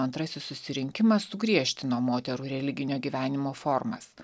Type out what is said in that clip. antrasis susirinkimas sugriežtino moterų religinio gyvenimo formas